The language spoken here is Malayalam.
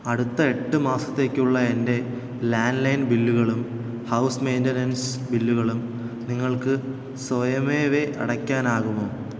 അടുത്ത എട്ട് മാസത്തേക്കുള്ള എന്റെ ലാൻലൈൻ ബില്ലുകളും ഹൗസ് മെയ്ന്റനൻസ് ബില്ലുകളും നിങ്ങൾക്ക് സ്വയമേ അടയ്ക്കാനാകുമോ